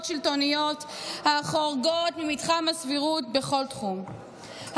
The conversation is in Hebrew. שלטוניות החורגות ממתחם הסבירות בכל תחום.